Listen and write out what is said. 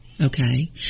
Okay